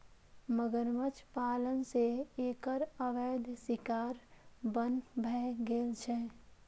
मगरमच्छ पालन सं एकर अवैध शिकार बन्न भए गेल छै